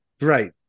right